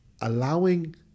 allowing